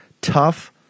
tough